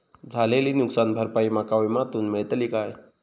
झालेली नुकसान भरपाई माका विम्यातून मेळतली काय?